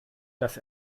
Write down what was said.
dass